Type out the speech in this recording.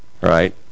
right